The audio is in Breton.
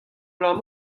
bloaz